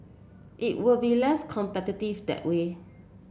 it will be less competitive that way